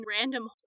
random